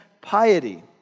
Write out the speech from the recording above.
piety